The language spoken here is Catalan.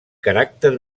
caràcter